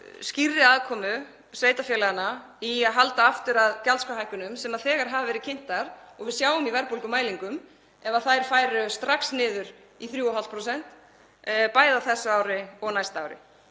skýrri aðkomu sveitarfélaganna gagnvart því að halda aftur af gjaldskrárhækkunum, sem þegar hafa verið kynntar og við sjáum í verðbólgumælingum, ef þær færu strax niður í 3,5%, bæði á þessu ári og næsta ári